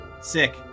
sick